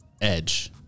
edge